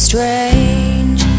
Strange